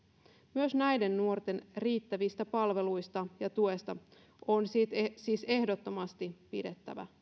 myös näiden nuorten riittävistä palveluista ja tuesta on siis ehdottomasti pidettävä